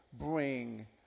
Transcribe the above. bring